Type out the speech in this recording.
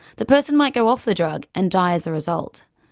the person might go off the drug and die as a result.